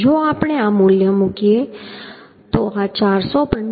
જો આપણે આ મૂલ્ય મૂકીએ તો આ 455